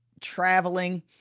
traveling